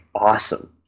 awesome